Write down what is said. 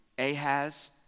Ahaz